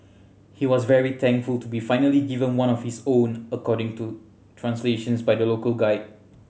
he was very thankful to be finally given one of his own according to translations by the local guide